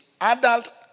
Adult